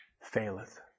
faileth